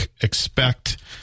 expect